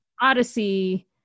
odyssey